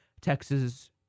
Texas